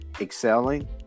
excelling